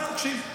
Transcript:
אז אל תקשיב.